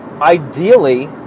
ideally